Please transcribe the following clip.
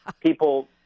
People